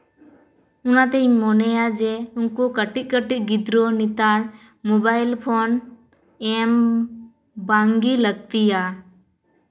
ᱚᱱᱟᱛᱤᱧ ᱢᱚᱱᱮᱭᱟ ᱡᱮ ᱩᱱᱠᱩ ᱠᱟᱹᱴᱤᱡ ᱠᱟᱹᱴᱤᱡ ᱜᱤᱫᱽᱨᱟᱹ ᱱᱮᱛᱟᱨ ᱢᱳᱵᱟᱭᱤᱞ ᱯᱷᱳᱱ ᱮᱢ ᱵᱟᱝᱜᱮ ᱞᱟᱹᱠᱛᱤᱭᱟ